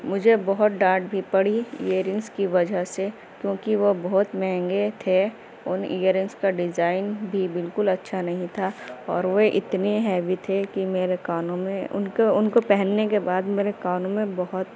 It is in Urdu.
مجھے بہت ڈانٹ بھی پڑی ایئر رنگس کی وجہ سے کیونکہ وہ بہت مہنگے تھے ان ایئر رنگس کا ڈیزائن بھی بالکل اچھا نہیں تھا اور وہ اتنے ہیوی تھے کہ میرے کانوں میں ان کو ان کو پہنے کے بعد میرے کانوں میں بہت